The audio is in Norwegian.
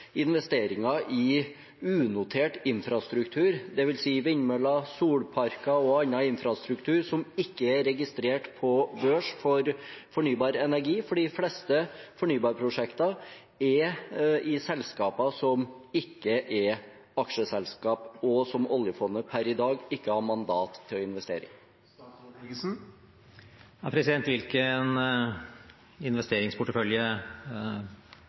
investeringer i unotert infrastruktur, dvs. vindmøller, solparker og annen infrastruktur som ikke er registrert på børs, for fornybar energi? For de fleste fornybarprosjekter er i selskaper som ikke er aksjeselskaper, og som oljefondet per i dag ikke har mandat til å investere i.